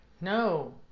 No